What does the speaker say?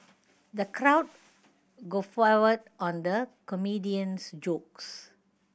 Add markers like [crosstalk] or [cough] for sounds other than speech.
the crowd guffawed [unintelligible] on the comedian's jokes